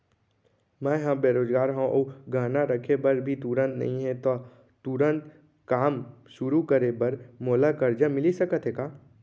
मैं ह बेरोजगार हव अऊ गहना रखे बर भी तुरंत नई हे ता तुरंत काम शुरू करे बर मोला करजा मिलिस सकत हे का?